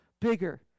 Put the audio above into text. bigger